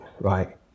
right